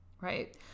right